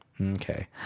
Okay